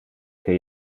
que